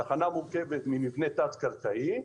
תחנה מורכבת ממבנה תת קרקעי,